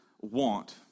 want